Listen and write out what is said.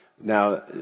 Now